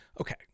Okay